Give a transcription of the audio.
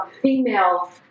female